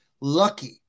lucky